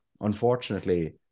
unfortunately